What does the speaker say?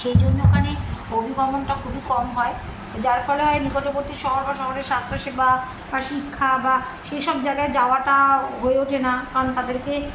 সেই জন্য ওখানে অভিগমনটা খুবই কম হয় যার ফলে হয় নিকটবর্তী শহর বা শহরের স্বাস্থ্যসেবা বা শিক্ষা বা সেইসব জায়গায় যাওয়াটা হয়ে ওঠে না কারণ তাদেরকে